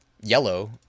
yellow